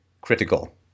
critical